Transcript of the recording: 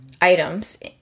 items